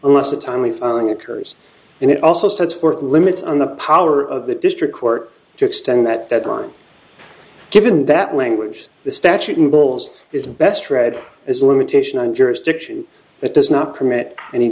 unless a timely filing occurs and it also sets forth limits on the power of the district court to extend that deadline given that language the statute in bowls is best read as a limitation on jurisdiction that does not permit any